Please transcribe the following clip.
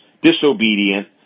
disobedient